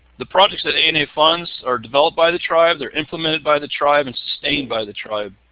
the projects that ana funds are developed by the tribe, they're implemented by the tribe and sustained by the tribe.